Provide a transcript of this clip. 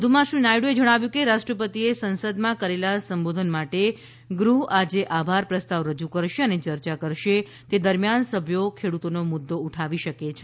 વધુમાં શ્રી નાયડુએ જણાવ્યું કે રાષ્ટ્રપતિએ સંસદમાં કરેલા સંબોધન માટે ગૃહ આજે આભાર પ્રસ્તાવ રજૂ કરશે અને ચર્ચા કરશે તે દરમિયાન સભ્યો ખેડૂતોનો મુદ્દો ઉઠાવી શકે છે